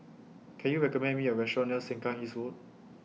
Can YOU recommend Me A Restaurant near Sengkang East Road